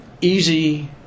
Easy